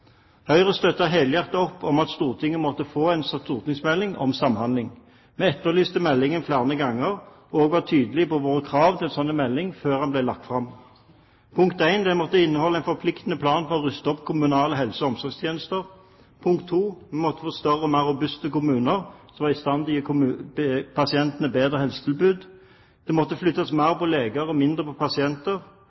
Høyre støttet helhjertet opp om at Stortinget måtte få en stortingsmelding om samhandling. Vi etterlyste meldingen flere ganger, og var tydelige på våre krav til en slik melding før den ble lagt fram: Den må inneholde en forpliktende plan for å ruste opp kommunale helse- og omsorgstjenester. Vi må få større og mer robuste kommuner som er i stand til å gi pasientene bedre helsetilbud. Det må flyttes mer på leger og mindre på pasienter.